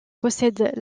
possède